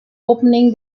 opening